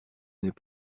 n’est